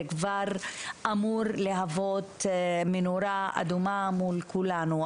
זה כבר אמור להוות נורה אדומה מול כולנו.